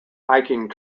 hiking